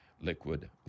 liquid